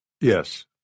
Yes